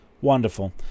Wonderful